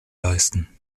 leisten